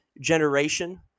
generation